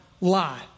lie